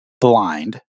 blind